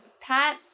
Pat